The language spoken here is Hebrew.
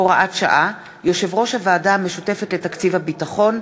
הוראת שעה) (יושב-ראש הוועדה המשותפת לתקציב הביטחון),